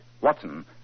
Watson